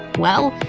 well,